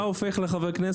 איך